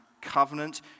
covenant